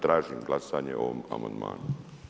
Tražim glasanje o ovom amandmanu.